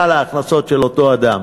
כלל ההכנסות של אותו אדם,